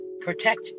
Protect